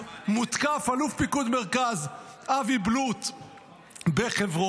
מותקף אלוף פיקוד מרכז אבי בלוט בחברון,